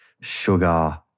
sugar